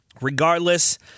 regardless